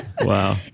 Wow